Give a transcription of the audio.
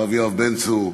הרב יואב בן צור,